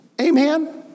Amen